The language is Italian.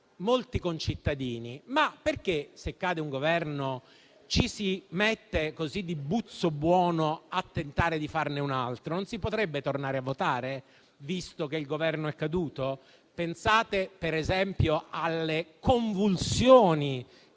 molti concittadini si sono chiesti perché se cade un Governo ci si mette così di buzzo buono a tentare di farne un altro. Non si potrebbe tornare a votare, visto che il Governo è caduto? Pensate per esempio alle convulsioni